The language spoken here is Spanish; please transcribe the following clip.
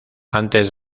antes